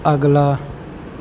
ਅਗਲਾ